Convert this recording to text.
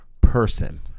person